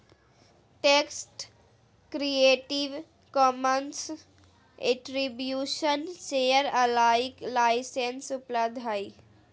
text creative commons attribution share alike licence उपलब्ध हइ